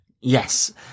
Yes